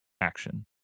action